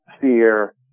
fear